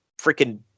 freaking